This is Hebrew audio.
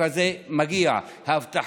בסופו של דבר החוק הזה כפי שהוא נמצא והוגש לנו וכפי